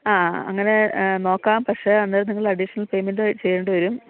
ആ അങ്ങനെ നോക്കാം പക്ഷേ അന്നേരം നിങ്ങൾ അഡീഷണൽ പേയ്മെൻ്റ ചെയ്യേണ്ടി വരും